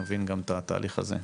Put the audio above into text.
כדי שנבין גם את התהליך הזה.